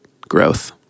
growth